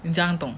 你怎样懂